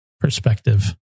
perspective